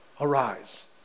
arise